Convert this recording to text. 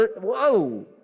Whoa